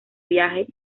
viaje